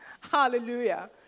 Hallelujah